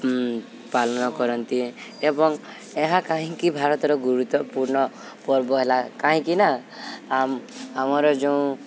ପାଲନ କରନ୍ତି ଏବଂ ଏହା କାହିଁକି ଭାରତର ଗୁରୁତ୍ୱପୂର୍ଣ୍ଣ ପର୍ବ ହେଲା କାହିଁକିନା ଆମ୍ ଆମର ଯେଉଁ